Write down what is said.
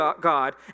God